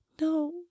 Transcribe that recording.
no